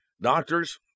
Doctors